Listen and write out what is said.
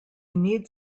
need